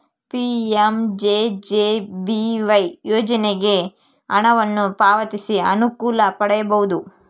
PMJJBY ಯೋಜನೆಗೆ ಹಣವನ್ನು ಪಾವತಿಸಿ ಅನುಕೂಲ ಪಡೆಯಬಹುದು